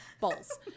Balls